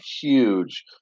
huge